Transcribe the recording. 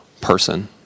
person